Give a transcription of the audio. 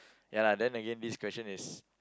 ya lah then again this question is